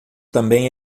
também